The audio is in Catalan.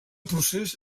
procés